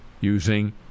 using